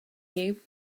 you